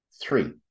Three